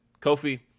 Kofi